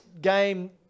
game